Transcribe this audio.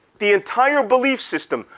the entire belief system,